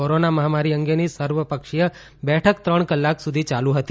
corona મહામારી અંગેની સર્વપક્ષીય બેઠક ત્રણ કલાક સુધી ચાલુ રહી હતી